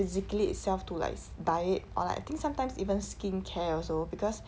physically itself to like buy it or like I think sometimes even skin care also because